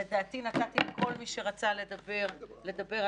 לדעתי, נתתי לכל מי שרצה לדבר, לדבר.